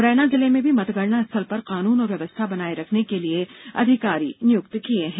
मुरैना जिले में भी मतगणना स्थल पर कानून और व्यवस्था बनाये रखने के लिए अधिकारी नियुक्त किये हैं